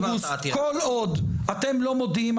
כל עוד אתם לא מודיעים,